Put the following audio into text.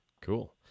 cool